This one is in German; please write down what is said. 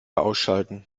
ausschalten